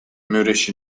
moorish